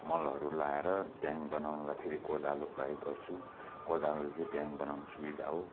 मलहरू लाएर ढ्याङ बनाउनलाई फेरि कोदालो प्रयोग गर्छु कोदालोले चाहिँ ढ्याङ बनाउन सुविधा हो